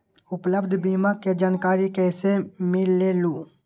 उपलब्ध बीमा के जानकारी कैसे मिलेलु?